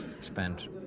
spent